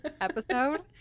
episode